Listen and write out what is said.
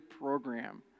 Program